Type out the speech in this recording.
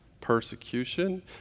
persecution